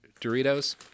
Doritos